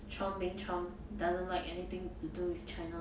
trump being trump doesn't like anything to do with china